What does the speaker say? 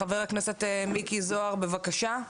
חבר הכנסת מיקי זוהר, בבקשה.